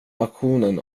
auktionen